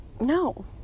No